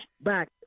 back